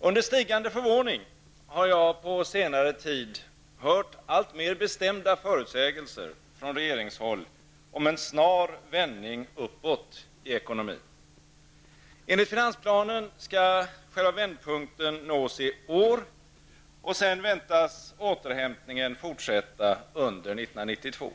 Med stigande förvåning har jag på senare tid hört alltmer bestämda förutsägelser från regeringshåll om en snar vändning uppåt i ekonomin. Enligt finansplanen skall själva vändpunkten nås i år, och sedan väntas återhämtningen fortsätta under 1992.